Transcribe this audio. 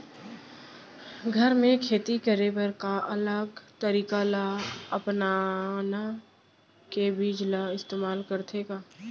घर मे खेती करे बर का अलग तरीका ला अपना के बीज ला इस्तेमाल करथें का?